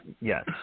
Yes